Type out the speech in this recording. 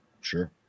Sure